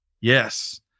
Yes